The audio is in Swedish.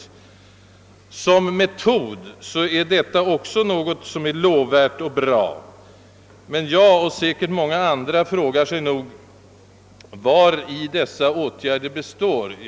Denna metod att nå skydd mot överljudsbuller är lovvärd och bra, men jag och säkert många andra frågar oss vari dessa åtgärder består.